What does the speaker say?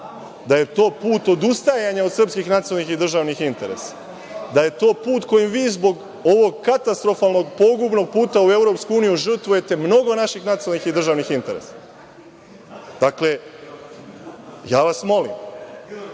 da je to put odustajanja od srpskih nacionalnih i državnih interesa, da je to put kojim vi, zbog ovog katastrofalnog, pogubnog puta u EU, žrtvujete mnogo naših nacionalnih i državnih interesa. Dakle, ja vas molim